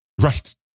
right